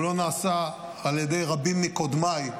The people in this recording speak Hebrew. הוא לא נעשה על ידי רבים מקודמיי,